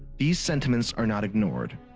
these sentiments are not ignored.